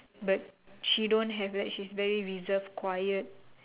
but she don't have that she very reserved quiet